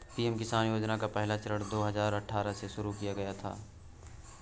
PM Kisan योजना का पहला चरण दो हज़ार अठ्ठारह को शुरू किया गया था